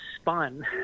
spun